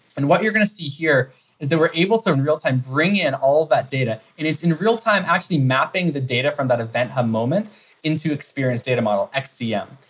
and what you're going to see here is that we're able to in real time bring in all that data, and it's in real time actually mapping the data from that event hub moment into experience data model, xcm.